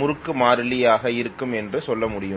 முறுக்கு மாறிலி ஆக இருக்கும் என்று சொல்ல முடியும்